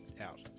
out